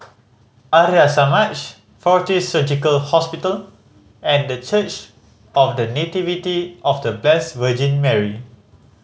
Arya Samaj Fortis Surgical Hospital and The Church of The Nativity of The Blessed Virgin Mary